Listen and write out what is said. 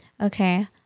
Okay